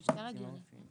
זה אותה דרגת סיוע,